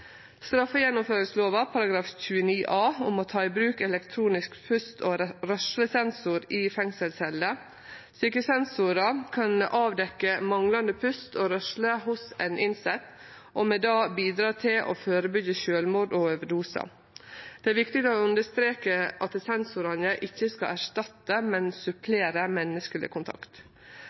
29 a for å ta i bruk elektronisk pust- og rørslesensor i fengselsceller. Slike sensorar kan avdekkje manglande pust og rørsle hos ein innsett og med det bidra til å førebyggje sjølvmord og overdosar. Det er viktig å understreke at sensorane ikkje skal erstatte, men supplere, menneskeleg kontakt.